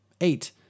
Eight